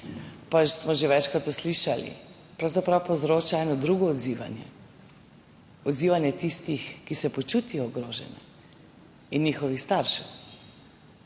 pa smo že večkrat to slišali, pravzaprav povzroča eno drugo odzivanje, odzivanje tistih, ki se počutijo ogrožene, in njihovih staršev.